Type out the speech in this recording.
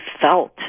felt